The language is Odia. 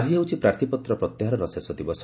ଆଜି ହେଉଛି ପ୍ରାର୍ଥପତ୍ର ପ୍ରତ୍ୟାହାରର ଶେଷ ଦିବସ